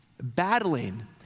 battling